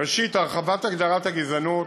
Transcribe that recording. ראשית, הרחבת הגדרת הגזענות